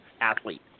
athlete